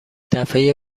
دفعه